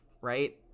right